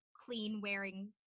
clean-wearing